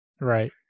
Right